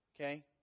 okay